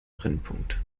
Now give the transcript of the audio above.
brennpunkt